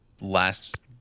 last